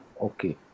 okay